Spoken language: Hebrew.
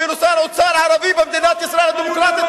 אפילו שר אוצר ערבי במדינת ישראל הדמוקרטית,